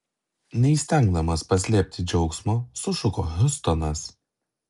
neįstengdamas paslėpti džiaugsmo sušuko hiustonas